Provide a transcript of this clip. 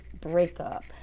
breakup